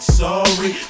sorry